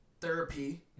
therapy